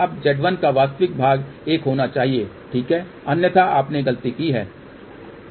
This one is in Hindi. अब z1 का वास्तविक भाग एक होना चाहिए ठीक है अन्यथा आपने गलती की है